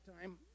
time